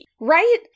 Right